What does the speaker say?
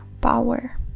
Power